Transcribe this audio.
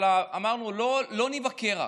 אבל אמרנו שלא רק נבקר,